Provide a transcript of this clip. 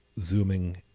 zooming